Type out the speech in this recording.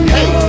Hey